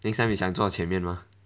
next time 你想坐前面 mah